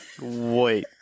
Wait